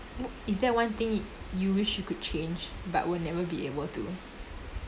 w~ is there one thing you wish you could change but will never be able to